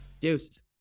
Deuces